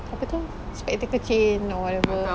apa tu spectacle chain or whatever